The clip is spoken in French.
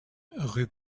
rue